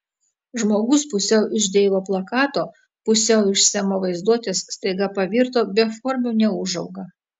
žmogus pusiau iš deivo plakato pusiau iš semo vaizduotės staiga pavirto beformiu neūžauga